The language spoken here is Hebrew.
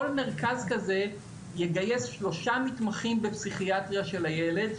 כל מרכז כזה יגייס שלושה מתמחים בפסיכיאטריה של הילד,